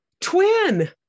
twin